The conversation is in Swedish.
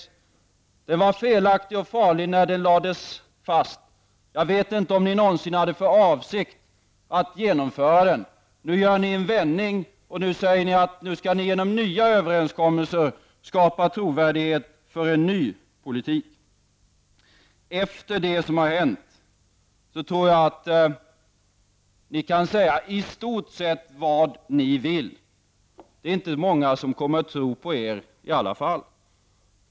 Denna politik var felaktig och farlig när den lades fast, och jag vet inte om socialdemokraterna någonsin hade för avsikt att genomföra den. Nu gör de en vändning och säger att de genom nya överenskommelser skall skapa trovärdighet för en ny politik. Efter det som har hänt tror jag att de kan säga i stort sett vad de vill -- det är inte många som kommer att tro på dem i alla fall.